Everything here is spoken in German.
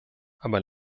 aber